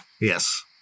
Yes